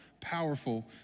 powerful